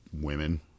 women